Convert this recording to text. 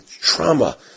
trauma